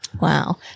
Wow